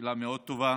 שאלה מאוד טובה.